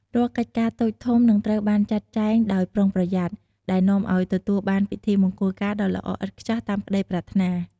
រាល់កិច្ចការតូចធំនឹងត្រូវបានចាត់ចែងដោយប្រុងប្រយ័ត្ន ដែលនាំឲ្យទទួលបានពិធីមង្គលការដ៏ល្អឥតខ្ចោះតាមក្តីប្រាថ្នា។